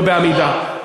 לא בעמידה.